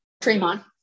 Tremont